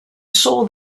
saw